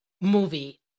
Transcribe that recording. movie